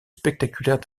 spectaculaires